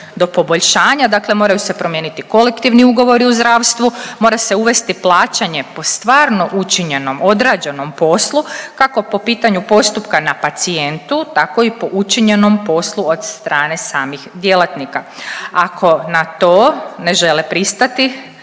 do poboljšanja. Dakle, moraju se promijeniti kolektivni ugovori u zdravstvu, mora se uvesti plaćanje po stvarno učinjenom, odrađenom poslu kako po pitanju postupka na pacijentu, tako i po učinjenom poslu od strane samih djelatnika. Ako na to ne žele pristati